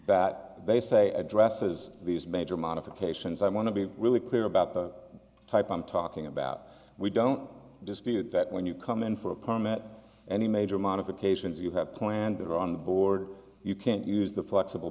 that they say addresses these major modifications i want to be really clear about the type i'm talking about we don't dispute that when you come in for a permit any major modifications you have planned there on the board you can't use the flexible